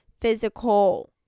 physical